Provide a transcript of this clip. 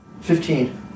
Fifteen